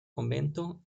convento